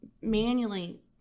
manually